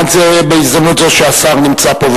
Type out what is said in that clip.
בעניין זה, בהזדמנות זו שהשר נמצא פה.